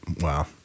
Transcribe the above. Wow